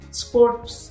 sports